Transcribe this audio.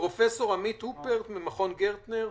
פרופ' עמית הופרט, ממכון גרטנר,